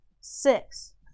Six